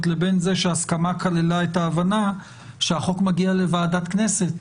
לבין זה שההסכמה כללה את ההבנה שהחוק מגיע לוועדת כנסת,